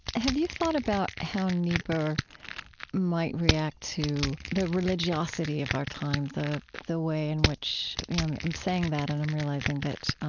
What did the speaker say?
have you thought about how niebuhr might react to the religiosity of our time, the the way in which i'm i'm saying that and i'm realizing that